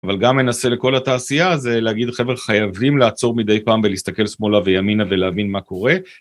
אבל גם מנסה לכל התעשייה זה להגיד חבר'ה חייבים לעצור מדי פעם ולהסתכל שמאלה וימינה ולהבין מה קורה.